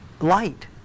light